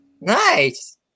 Nice